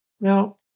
Now